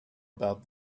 about